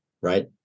right